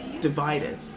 divided